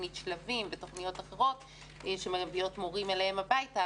בתוכנית 'שלבים' ובתוכניות אחרות שמביאות מורים אליהם הביתה,